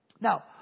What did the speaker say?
Now